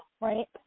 right